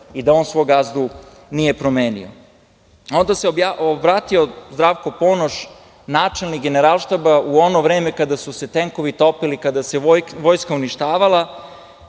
i da on svog gazdu nije promenio. Onda se obratio Zdravko Ponoš, načelnik Generalštaba u ono vreme kada su se tenkovi topili, kada se vojska uništava,